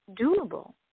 doable